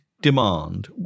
demand